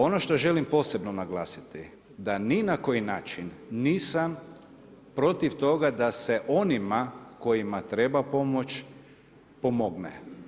Ono što želim posebno naglasiti da ni na koji način nisam protiv toga da se onima kojima treba pomoć pomogne.